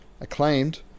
acclaimed